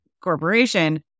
corporation